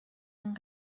این